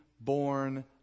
born